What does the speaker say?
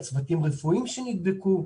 על צוותים רפואיים שנדבקו.